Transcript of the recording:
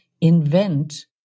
invent